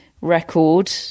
record